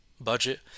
budget